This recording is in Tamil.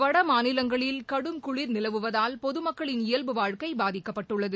வடமாநிலங்களில் கடும் குளிர் நிலவுவதால் பொமக்களின் இயல்புவாழ்க்கை பாதிக்கப்பட்டுள்ளது